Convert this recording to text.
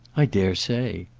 i dare say.